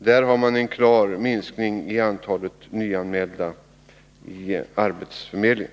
Där har man en klar minskning av antalet nyanmälda platser hos arbetsförmedlingen.